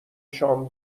شام